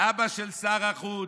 אבא של שר החוץ,